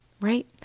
right